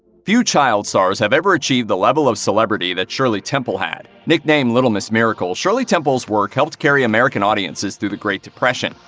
few child stars have ever achieved the level of celebrity that shirley temple had. nicknamed little miss miracle, shirley temple's work helped carry american audiences through the great depression.